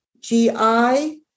G-I